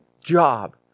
job